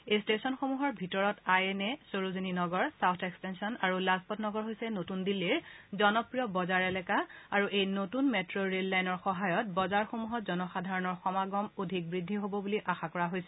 এই ট্টেচনসমূহৰ ভিতৰত I N A Sarojini Nagar South Extension আৰু লাজপট নগৰ হৈছে নতুন দিল্লীৰ জনপ্ৰিয় বজাৰ এলেকা আৰু এই নতুন মেট্ ৰেল লাইনৰ সহায়ত বজাৰসমূহত জনসাধাৰণৰ সমাগম অধিক বৃদ্ধি হ'ব বুলি আশা কৰা হৈছে